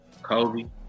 Kobe